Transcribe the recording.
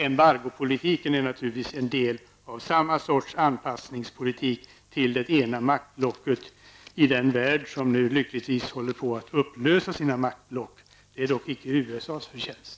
Embargopolitiken är naturligtvis en del av samma sorts anpassningspolitik till det ena maktblocket i den värld där blocken nu lyckligtvis håller på att upplösas. Det är dock icke USAs förtjänst.